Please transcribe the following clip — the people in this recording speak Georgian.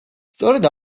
სწორედ